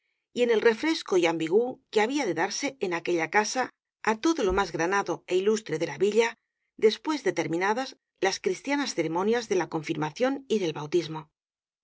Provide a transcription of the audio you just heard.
y en el refresco y ambigú que había de darse en aque lla casa á todo lo más granado é ilustre de la villa después de terminadas las cristianas ceremonias de la confirmación y del bautismo